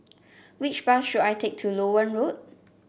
which bus should I take to Loewen Road